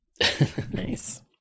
Nice